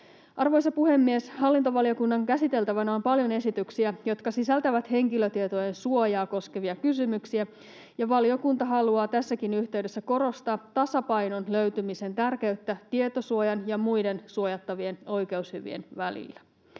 Arvoisa puhemies! Hallintovaliokunnan käsiteltävänä on paljon esityksiä, jotka sisältävät henkilötietojen suojaa koskevia kysymyksiä, ja valiokunta haluaa tässäkin yhteydessä korostaa tasapainon löytymisen tärkeyttä tietosuojan ja muiden suojattavien oikeushyvien välillä.